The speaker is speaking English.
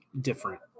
different